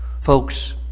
Folks